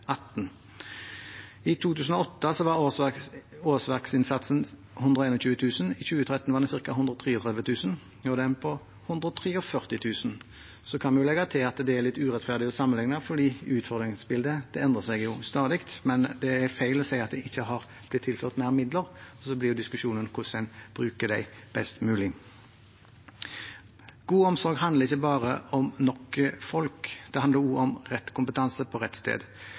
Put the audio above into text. I 2008 var årsverksinnsatsen 121 000, i 2013 var den ca. 123 000, og nå er den på 143 000. Så kan vi legge til at det er litt urettferdig å sammenligne, for utfordringsbildet endrer seg stadig, men det er feil å si at det ikke har blitt tilført mer midler. Diskusjonen blir jo hvordan en bruker dem best mulig. God omsorg handler ikke bare om nok folk. Det handler også om rett kompetanse på rett sted.